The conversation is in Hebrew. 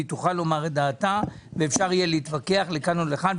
היא תוכל לומר את דעתה ואפשר יהיה להתווכח לכאן או לכאן.